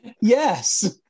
Yes